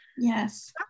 Yes